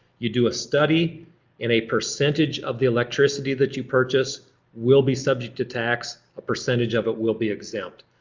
you do a study and a percentage of the electricity that you purchase will be subject to tax, a percentage of it will be exempt.